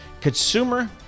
Consumer